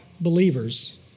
believers